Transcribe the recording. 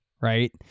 right